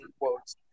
quotes